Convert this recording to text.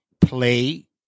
play